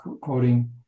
quoting